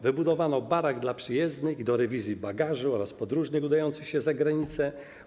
Wybudowano barak dla przyjezdnych do rewizji bagażu oraz podróżnych udających się za granicę.